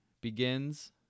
begins